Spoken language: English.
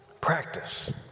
practice